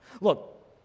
Look